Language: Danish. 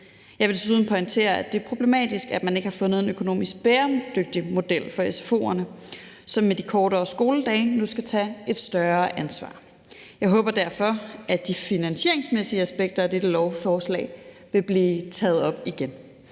Jeg vil desuden pointere, at det er problematisk, at man ikke har fundet en økonomisk bæredygtig model for sfo'erne, som med de kortere skoledage nu skal tage et større ansvar. Jeg håber derfor, at de finansieringsmæssige aspekter af dette lovforslag vil blive taget op igen.